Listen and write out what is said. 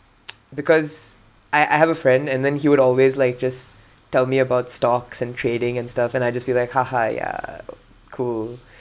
because I I have a friend and then he would always like just tell me about stocks and trading and stuff and I just feel like yeah cool